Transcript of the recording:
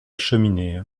cheminée